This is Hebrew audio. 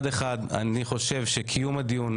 אני חושב שקיום הדיון,